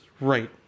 right